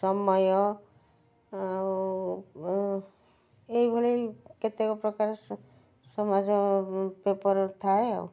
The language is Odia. ସମୟ ଆଉ ଏହିଭଳି କେତେକ ପ୍ରକାର ସମାଜ ପେପର ଥାଏ ଆଉ